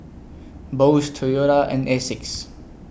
Bose Toyota and Asics